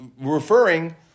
referring